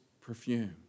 perfume